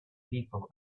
people